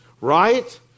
right